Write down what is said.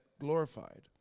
glorified